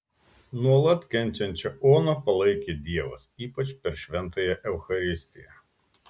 nuolat kenčiančią oną palaikė dievas ypač per šventąją eucharistiją